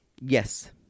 Yes